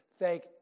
Thank